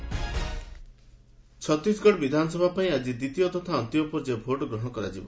Chhattisgarh polling Chhattisgarh ବିଧାନସଭା ପାଇଁ ଆଜି ଦ୍ୱିତୀୟ ତଥା ଅନ୍ତିମ ପର୍ଯ୍ୟାୟ ଭୋଟ ଗ୍ରହଣ କରାଯିବ